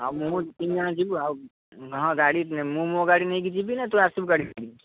ଆଉ ମୁଁ ତିନି ଜଣ ଯିବୁ ଆଉ ହଁ ଗାଡ଼ି ମୁଁ ମୋ ଗାଡ଼ି ନେଇକି ଯିବି ନା ତୁ ଆସିବୁ ଗାଡ଼ି ନେଇକି